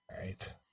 right